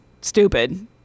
stupid